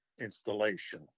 installation